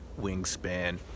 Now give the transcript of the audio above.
wingspan